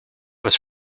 was